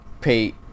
pay